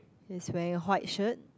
is wearing a white shirt